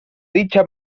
dicha